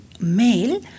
Male